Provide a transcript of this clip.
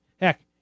Heck